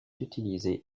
utilisée